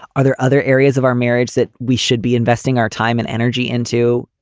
are there other areas of our marriage that we should be investing our time and energy into?